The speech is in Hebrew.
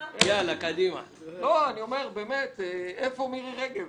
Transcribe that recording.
לא, אני אומר, באמת, איפה מירי רגב?